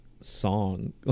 song